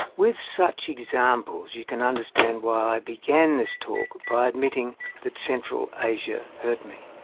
with such examples, you can understand why i began this talk by admitting that central asia hurt me.